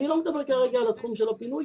אני לא מדבר כרגע על התחום של הפינוי,